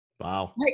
Wow